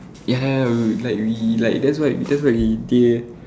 ya ya ya like we like that's why that's why we